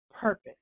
purpose